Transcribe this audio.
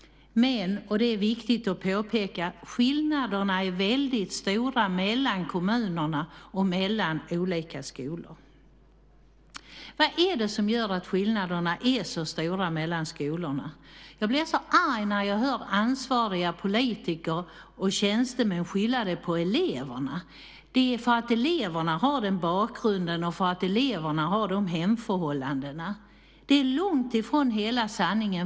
Men, vilket är viktigt att påpeka, skillnaderna är stora mellan kommuner och mellan olika skolor. Vad är det som gör att skillnaderna är så stora mellan skolorna? Jag blir så arg när jag hör ansvariga politiker och tjänstemän skylla det på eleverna, på deras bakgrund och hemförhållanden. Det är långt ifrån hela sanningen.